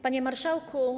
Panie Marszałku!